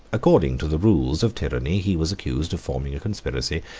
according to the rules of tyranny, he was accused of forming a conspiracy,